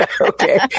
Okay